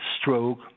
stroke